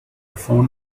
phone